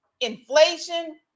inflation